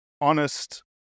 honest